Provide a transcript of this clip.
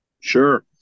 Sure